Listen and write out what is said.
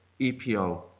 EPO